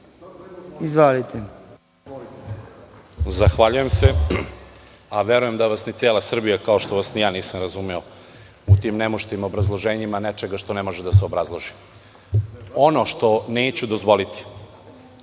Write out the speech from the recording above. Babić** Zahvaljujem se. Verujem da vas ni cela Srbija, kao što vas ni ja nisam razumeo, tim nemuštim obrazloženjima nečega što ne može da se obrazloži. Ono što neću dozvoliti,